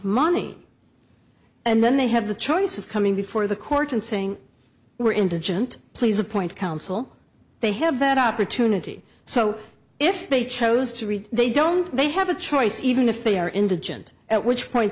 money and then they have the choice of coming before the court and saying we're indigent please appoint counsel they have that opportunity so if they chose to read they don't they have a choice even if they are indigent at which point